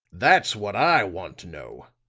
that's what i want to know.